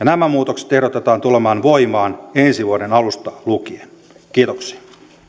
nämä muutokset ehdotetaan tulemaan voimaan ensi vuoden alusta lukien kiitoksia